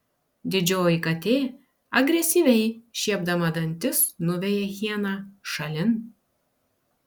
didžioji katė agresyviai šiepdama dantis nuveja hieną šalin